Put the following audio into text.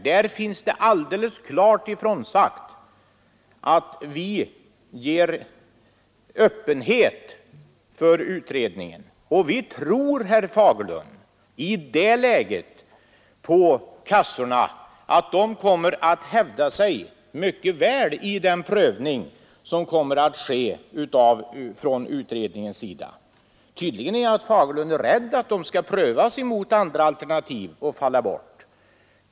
Där står klart utsagt att vi anser att utredningen bör vara obunden. Vi tror, herr Fagerlund, att kassorna kommer att hävda sig mycket väl i den prövning som utredningen kommer att göra. Tydligt är att herr Fagerlund är rädd för att de fackligt anslutna kassorna vid en prövning mot andra alternativ skall falla bort.